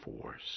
force